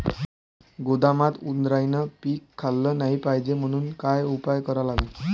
गोदामात उंदरायनं पीक खाल्लं नाही पायजे म्हनून का उपाय करा लागन?